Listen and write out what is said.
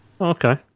okay